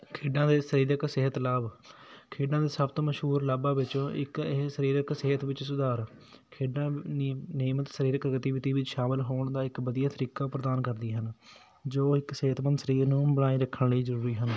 ਖੇਡਾਂ ਦੇ ਸਰੀਰਿਕ ਸਿਹਤ ਲਾਭ ਖੇਡਾਂ ਦੇ ਸਭ ਤੋਂ ਮਸ਼ਹੂਰ ਲਾਭਾਂ ਵਿੱਚੋਂ ਇੱਕ ਇਹ ਸਰੀਰਕ ਸਿਹਤ ਵਿੱਚ ਸੁਧਾਰ ਖੇਡਾਂ ਨਿਯ ਨਿਯਮਿਤ ਸਰੀਰਕ ਗਤੀਵਿਧੀ ਵਿੱਚ ਸ਼ਾਮਿਲ ਹੋਣ ਦਾ ਇੱਕ ਵਧੀਆ ਤਰੀਕਾ ਪ੍ਰਦਾਨ ਕਰਦੀਆਂ ਹਨ ਜੋ ਇੱਕ ਸਿਹਤਮੰਦ ਸਰੀਰ ਨੂੰ ਬਣਾਈ ਰੱਖਣ ਲਈ ਜ਼ਰੂਰੀ ਹਨ